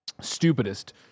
stupidest